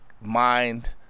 Mind